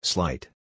Slight